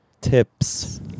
Tips